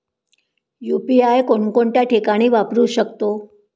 UPI कोणकोणत्या ठिकाणी वापरू शकतो?